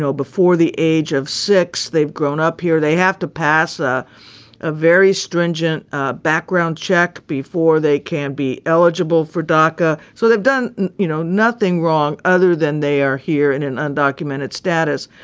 so before the age of six. they've grown up here. they have to pass a ah very stringent ah background check before they can be eligible for daca. so they've done you know nothing wrong other than they are here in an undocumented status.